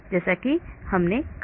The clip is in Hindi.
उदाहरण के लिए वैक्यूम जैसे हमने कहा